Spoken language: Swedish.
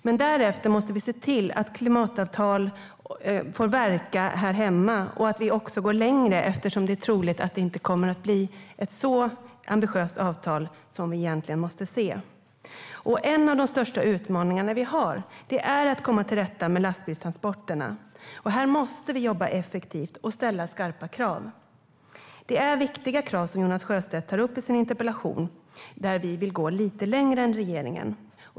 Men därefter måste vi se till att klimatavtalet får verka här hemma och att vi också går längre, eftersom det är troligt att avtalet inte kommer att bli så ambitiöst som det egentligen måste bli. En av de största utmaningar vi har är att komma till rätta med lastbilstransporterna. Här måste vi jobba effektivt och ställa skarpa krav. Det är viktiga krav som Jonas Sjöstedt tar upp i sin interpellation. Vi vill gå lite längre än regeringen.